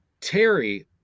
Terry